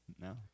No